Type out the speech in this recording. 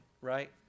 Right